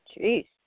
Jeez